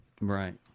Right